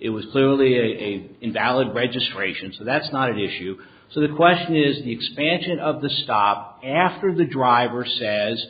it was clearly a invalid registrations so that's not an issue so the question is the expansion of the stop after the driver says